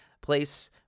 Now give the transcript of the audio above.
place